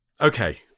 Okay